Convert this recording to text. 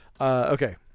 Okay